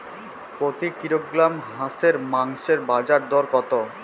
প্রতি কিলোগ্রাম হাঁসের মাংসের বাজার দর কত?